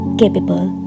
capable